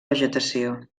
vegetació